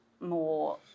more